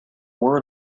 word